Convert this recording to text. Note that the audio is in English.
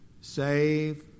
Save